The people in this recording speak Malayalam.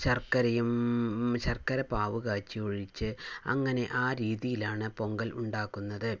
ശർക്കരയും ശർക്കരപ്പാവ് കാച്ചി ഒഴിച്ച് അങ്ങനെ ആ രീതിയിലാണ് പൊങ്കൽ ഉണ്ടാക്കുന്നത്